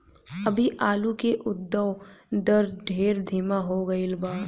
अभी आलू के उद्भव दर ढेर धीमा हो गईल बा